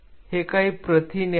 हे काही प्रथिने आहेत